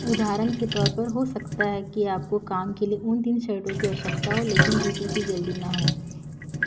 उदाहरण के तौर पर हो सकता है कि आपको काम के लिए उन तीन शर्टों की आवश्यकता हो लेकिन जूतों की जल्दी न हो